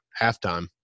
halftime